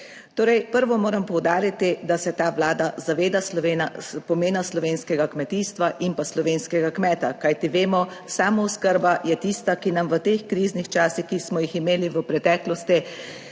Torej, prvo moram poudariti, da se ta vlada zaveda pomena slovenskega kmetijstva in pa slovenskega kmeta, kajti vemo, samooskrba je tista, ki nam v teh kriznih časih, ki smo jih imeli v preteklosti,